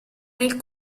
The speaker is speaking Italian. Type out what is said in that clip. nel